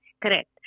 Correct